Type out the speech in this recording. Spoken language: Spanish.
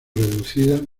reducida